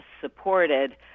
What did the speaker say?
supported